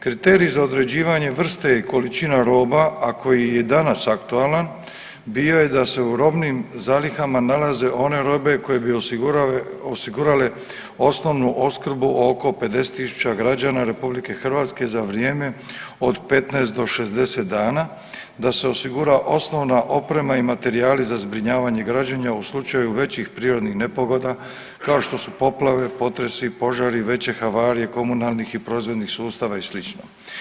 Kriteriji za određivanje vrste i količina roba, a koji je i danas aktualan, bio je da se u robnim zalihama nalaze one robe koje bi osigurale osnovnu opskrbu oko 50 tisuća građana RH za vrijeme od 15 do 60 dana, da se osigura osnovna oprema i materijali za zbrinjavanje građenja u slučaju većih prirodnih nepogoda, kao što su poplave, potresi, požari, veće havarije komunalnih i prozirnih sustava i sl.